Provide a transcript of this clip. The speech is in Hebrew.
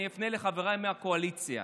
אני אפנה לחבריי מהקואליציה.